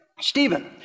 Stephen